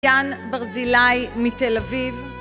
יאן ברזילי מתל אביב